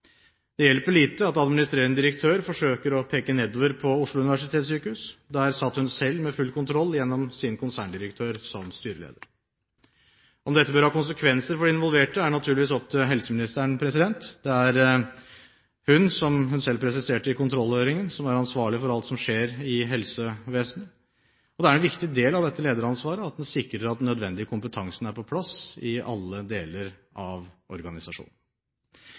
Det hjelper lite at administrerende direktør forsøker å peke nedover på Oslo universitetssykehus. Der satt hun selv med full kontroll gjennom sin konserndirektør som styreleder. Om dette bør ha konsekvenser for de involverte, er naturligvis opp til helseministeren, det er hun – som hun selv presiserte i kontrollhøringen – som er ansvarlig for alt som skjer i helsevesenet, og det er en viktig del av dette lederansvaret at en sikrer at den nødvendige kompetansen er på plass i alle deler av organisasjonen.